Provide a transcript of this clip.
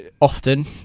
often